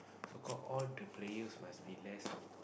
so called all the players must be less